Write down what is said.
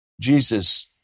Jesus